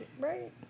right